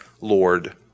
Lord